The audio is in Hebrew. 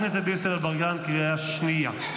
חברת הכנסת דיסטל אטבריאן, קריאה שנייה.